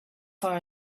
far